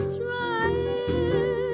trying